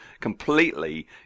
completely